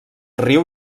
riu